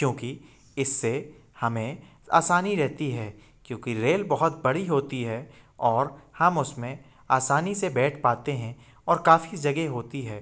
क्योंकि इससे हमें असानी रहती है क्योंकि रेल बहुत बड़ी होती है और हम उसमें आसानी से बैठ पाते हैं और काफ़ी जगह होती है